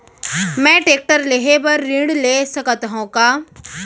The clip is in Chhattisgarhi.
मैं टेकटर लेहे बर ऋण ले सकत हो का?